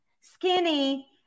Skinny